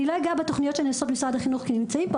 אני לא אגע בתוכניות של משרד החינוך כי הם נמצאים פה,